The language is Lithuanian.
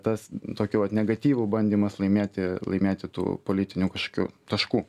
tas tokiu vat negatyvu bandymas laimėti laimėti tų politinių kažkokių taškų